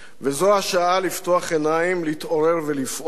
וזו השעה לפקוח עיניים, להתעורר ולפעול.